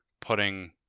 putting